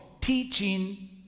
teaching